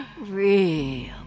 Real